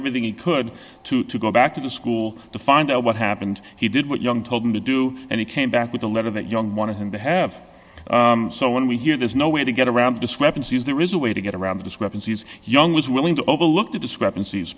everything he could to go back to school to find out what happened he did what young told him to do and he came back with a letter that young wanted him to have so when we hear there's no way to get around the discrepancies there is a way to get around the discrepancies young was willing to overlook the discrepanc